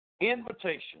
invitation